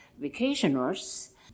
vacationers